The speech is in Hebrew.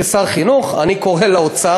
כשר חינוך: "אני קורא לאוצר",